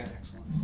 excellent